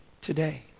today